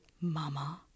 mama